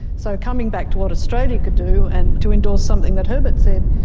so coming back to what australia could do and to endorse something that herbert said,